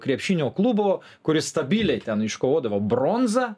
krepšinio klubo kuris stabiliai ten iškovodavo bronzą